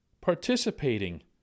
participating